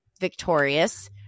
victorious